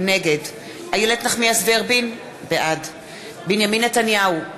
נגד איילת נחמיאס ורבין, בעד בנימין נתניהו,